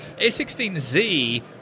A16Z